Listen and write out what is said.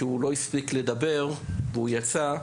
שלא הספיק לדבר ויצא,